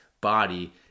body